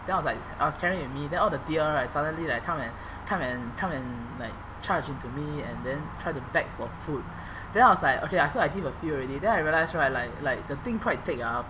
then I was like I was carrying it with me then all the deer right suddenly like come and come and come and like charge into me and then try to beg for food then I was like okay I feel I give a few already then I realise right like like the thing quite thick ah